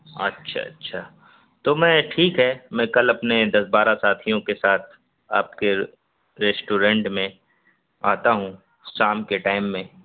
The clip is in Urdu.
اچھا اچھا تو میں ٹھیک ہے میں کل اپنے دس بارہ ساتھیوں کے ساتھ آپ کے ریسٹورینٹ میں آتا ہوں شام کے ٹائم میں